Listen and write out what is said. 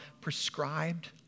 prescribed